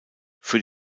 für